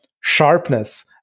sharpness